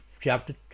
chapter